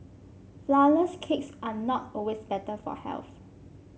flourless cakes are not always better for health